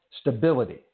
stability